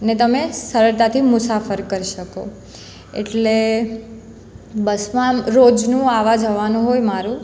ને તમે સરળતાથી મુસાફર કરી શકો એટલે બસમાં રોજનું આવવા જવાનું હોય મારું